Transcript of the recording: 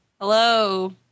hello